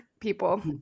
people